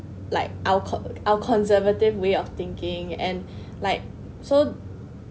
like our co~ our conservative way of thinking and like so